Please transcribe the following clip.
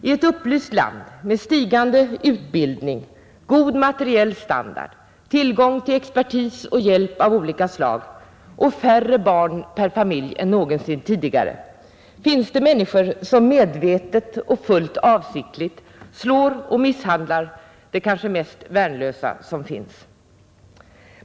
I ett upplyst land med stigande utbildning, god materiell standard, tillgång till expertis och hjälp av olika slag och färre barn per familj än någonsin tidigare finns det människor som medvetet och fullt avsiktligt slår och misshandlar det kanske mest värnlösa som finns.